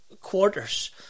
quarters